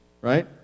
right